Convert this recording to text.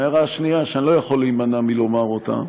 ההערה השנייה, שאני לא יכול להימנע מלומר אותה,